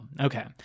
okay